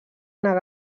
negar